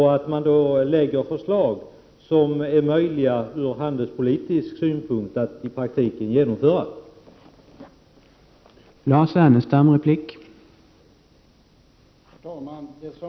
Vi förutsätter också att de förslag som framläggs ur handelspolitisk synpunkt är möjliga att genomföra i praktiken.